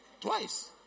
Twice